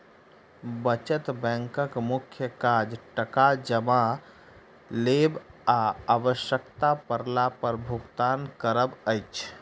बचत बैंकक मुख्य काज टाका जमा लेब आ आवश्यता पड़ला पर भुगतान करब अछि